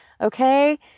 Okay